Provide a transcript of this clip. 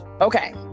okay